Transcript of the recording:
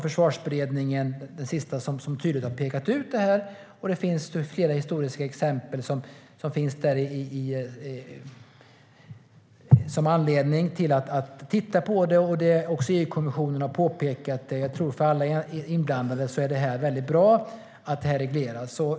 Försvarsberedningen har tydligt pekat ut detta, och det finns flera historiska exempel som ger anledning att titta på det. Även EU-kommissionen har påpekat det. För alla inblandade vore det bra att det regleras.